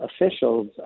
officials